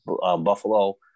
Buffalo